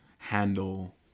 handle